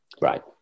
Right